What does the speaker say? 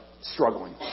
struggling